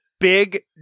big